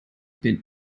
bin